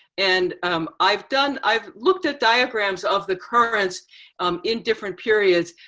and um i've done, i've looked at diagrams of the currents in different periods,